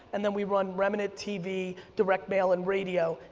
and then we run remnant tv, direct mail, and radio,